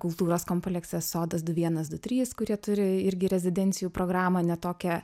kultūros kompleksas sodas du vienas du trys kurie turi irgi rezidencijų programą ne tokią